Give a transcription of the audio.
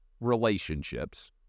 Relationships